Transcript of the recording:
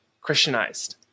Christianized